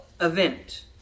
event